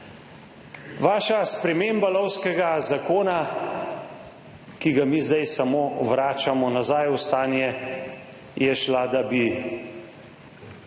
Vaša sprememba lovskega zakona, ki ga mi zdaj samo vračamo nazaj v stanje, je šla, da bi